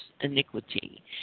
iniquity